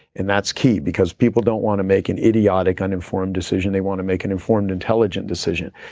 and that's key because people don't want to make an idiotic uninformed decision. they want to make an informed intelligent decision.